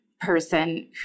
person